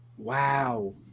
Wow